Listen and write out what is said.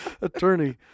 Attorney